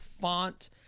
font